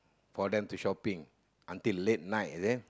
for them to shopping until late night is it